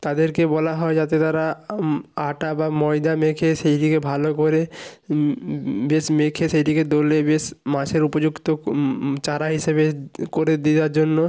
তাদেরকে বলা হবে যাতে তারা আটা বা ময়দা মেখে সেই দিয়ে ভালো করে বেশ মেখে সেইটিকে দলে বেশ মাছের উপযুক্ত চারা হিসেবে করে দেয়ার জন্য